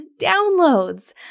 downloads